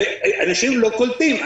ואנשים לא קולטים.